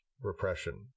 repression